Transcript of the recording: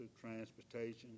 transportation